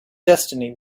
destiny